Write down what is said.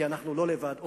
כי אנחנו לא לבד,